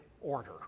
order